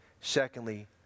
Secondly